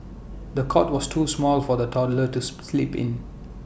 the cot was too small for the toddler to sleep in